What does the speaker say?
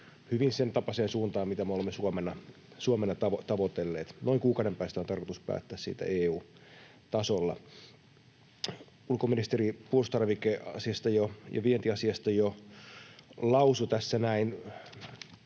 hyvin sentapaiseen suuntaan, mitä me olemme Suomena tavoitelleet. Noin kuukauden päästä on tarkoitus päättää siitä EU-tasolla. Ulkoministeri puolustustarvikeasiasta ja vientiasiasta jo lausui tässä näin.